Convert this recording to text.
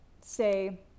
Say